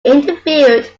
interviewed